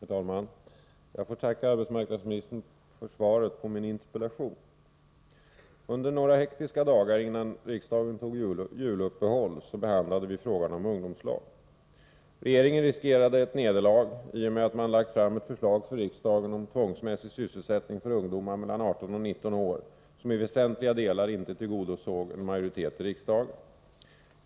Herr talman! Jag får tacka arbetsmarknadsministern för svaret på min interpellation. Under några hektiska dagar innan riksdagen tog juluppehåll behandlade vi frågan om ungdomslag. Regeringen riskerade ett nederlag i och med att man lagt fram ett förslag för riksdagen om tvångsmässig sysselsättning för ungdomar mellan 18 och 19 år vilket i väsentliga delar inte tillgodosåg en majoritet i riksdagen.